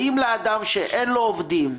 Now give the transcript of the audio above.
האם לאדם שאין לו עובדים,